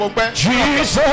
Jesus